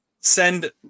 send